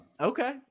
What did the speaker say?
okay